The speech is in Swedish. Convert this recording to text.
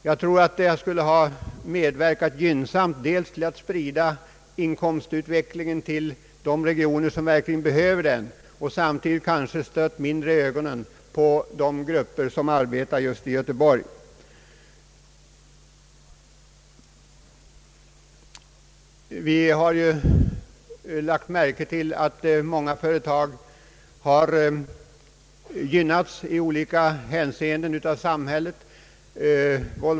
Jag tror att det skulle ha medverkat gynnsamt till att sprida inkomstutvecklingen till de regioner som verkligen behöver den, och det skulle kanske verkat mindre lockande för de grupper som arbetar i Göteborg att starta vilda strejker. Många företag har i olika hänseenden gynnats av samhället.